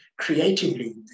creatively